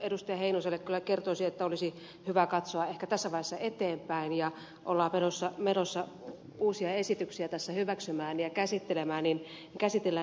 heinoselle kyllä kertoisin että olisi hyvä katsoa ehkä tässä vaiheessa eteenpäin ja kun ollaan menossa uusia esityksiä tässä hyväksymään ja käsittelemään niin käsitellään nyt niitä